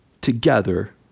together